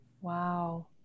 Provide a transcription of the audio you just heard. Wow